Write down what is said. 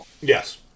Yes